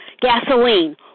gasoline